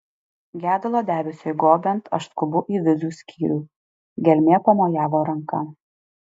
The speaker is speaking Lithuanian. gedulo debesiui gobiant aš skubu į vizų skyrių gelmė pamojavo ranka